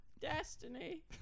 Destiny